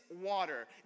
water